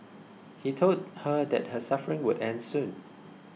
he told her that her suffering would end soon